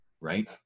right